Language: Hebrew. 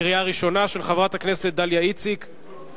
של חברת הכנסת דליה איציק,